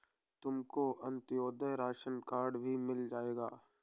तुमको Antyodaya ration card भी मिल जाएगा